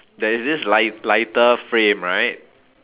there is this li~ lighter frame right